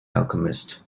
alchemist